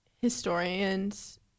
historians